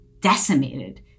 decimated